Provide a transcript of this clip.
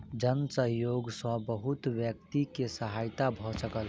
जन सहयोग सॅ बहुत व्यक्ति के सहायता भ सकल